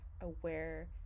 aware